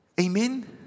Amen